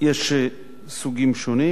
יש סוגים שונים,